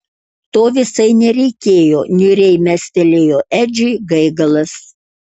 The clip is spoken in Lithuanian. to visai nereikėjo niūriai mestelėjo edžiui gaigalas